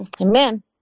Amen